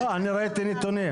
לא, אני ראיתי נתונים.